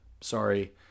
sorry